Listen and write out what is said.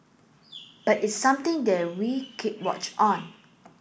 but it's something that we keep watch on